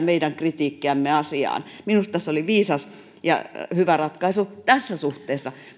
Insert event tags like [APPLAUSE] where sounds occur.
[UNINTELLIGIBLE] meidän kritiikkiämme asiaan minusta se oli viisas ja hyvä ratkaisu tässä suhteessa